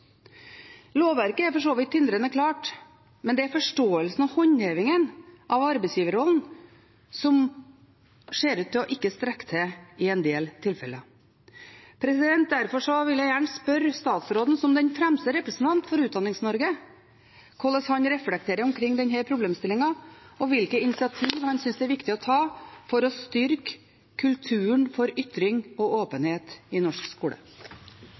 Lovverket er for så vidt tindrende klart, det er forståelsen og håndhevingen av arbeidsgiverrollen som ser ut til ikke å strekke til i en del tilfeller. Derfor vil jeg gjerne spørre statsråden, som den fremste representanten for Utdannings-Norge, hvordan han reflekterer omkring denne problemstillingen, og hvilke initiativ han synes det er viktig å ta for å styrke kulturen for ytring og åpenhet i norsk skole.